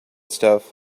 stuff